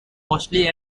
mostly